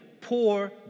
poor